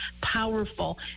powerful